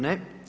Ne.